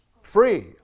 Free